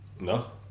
no